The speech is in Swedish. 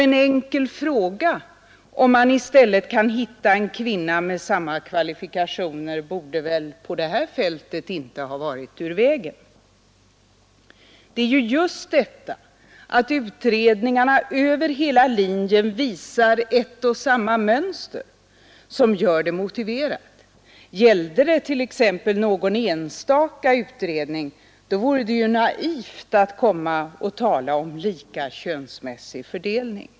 En enkel fråga om man kunde hitta en kvinna med samma kvalifikationer borde väl på det här fältet inte ha varit ur vägen. Det är just det förhållandet att utredningarna över hela linjen visar ett och samma mönster som gör det motiverat att reagera. Om det gällt t.ex. någon enstaka utredning vore det ju naivt att komma och tala om lika könsmässig fördelning.